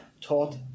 taught